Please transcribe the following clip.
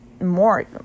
more